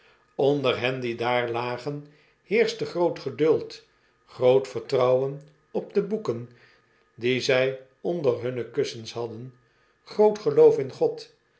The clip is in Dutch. onder hen die daar lagen heerschte groot geduld groot vertrouwen op de boeken die zij onder hunne kussens hadden grootgeloofin god